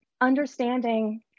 Understanding